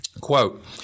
Quote